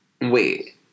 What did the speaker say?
Wait